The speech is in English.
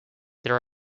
there